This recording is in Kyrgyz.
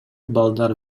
балдар